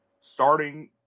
starting